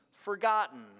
forgotten